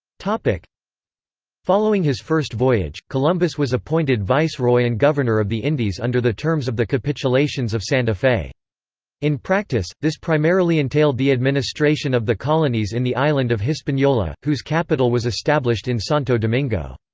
like following his first voyage, columbus was appointed viceroy and governor of the indies under the terms of the capitulations of santa fe in practice, this primarily entailed the administration of the colonies in the island of hispaniola, whose capital was established in santo domingo.